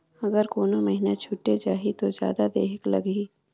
अगर कोनो महीना छुटे जाही तो जादा देहेक लगही?